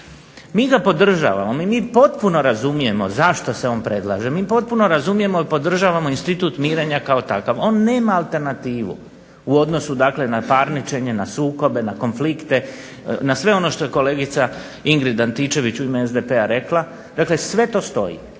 Mi ga podržavamo, mi potpuno razumijemo zašto se on predlaže, mi potpuno razumijemo i podržavamo institut mirenja kao takav. On nema alternativu u odnosu dakle na parničenje, na sukobe, na konflikte, na sve ono što je kolegica Ingrid Antičević u ime SDP-a rekla. Dakle, sve to stoji.